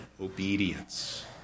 obedience